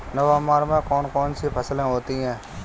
नवंबर में कौन कौन सी फसलें होती हैं?